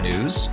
News